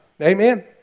Amen